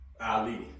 Ali